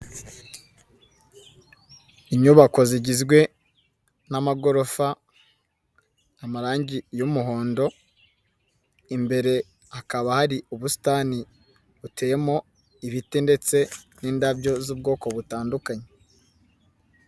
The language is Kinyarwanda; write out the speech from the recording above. Inyubako zigizwe n'amagorofa, amarangi y'umuhondo, imbere hakaba hari ubusitani buteyemo ibiti ndetse n'indabyo z'ubwoko butandukanye.